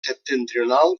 septentrional